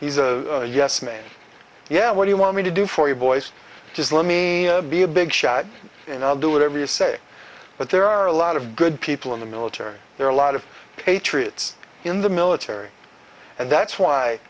he's a yes man yeah what you want me to do for you boys just let me be a big shot and i'll do whatever you say but there are a lot of good people in the military there are a lot of patriots in the military and that's why